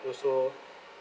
also